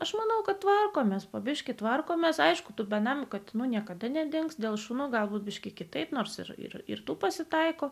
aš manau kad tvarkomės po biškį tvarkomės aišku tų benamių katinų niekada nedings dėl šunų galbūt biškį kitaip nors ir ir tų pasitaiko